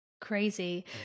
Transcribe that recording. Crazy